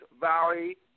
Valley